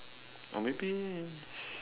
or maybe